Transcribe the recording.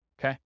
okay